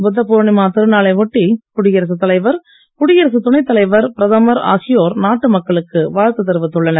புத்த பூர்ணிமா திருநாளை ஒட்டி குடியரசுத் தலைவர் குடியரசுத் துணைத் தலைவர் பிரதமர் ஆகியோர் நாட்டு மக்களுக்கு வாழ்த்து தெரிவித்துள்ளனர்